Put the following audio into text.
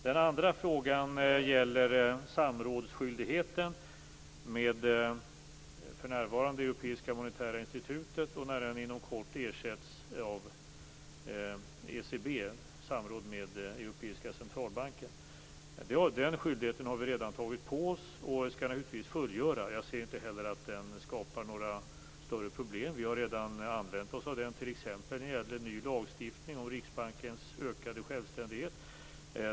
Den andra frågan gäller samrådsskyldigheten med för närvarande Europeiska monetära institutet, som inom kort ersätts av samråd med Europeiska centralbanken. Den skyldigheten har vi redan tagit på oss, och vi skall naturligtvis fullgöra den. Jag ser inte heller att den skapar några större problem. Vi har redan använt oss av den t.ex. när det gäller ny lagstiftning om Riksbankens ökade självständighet.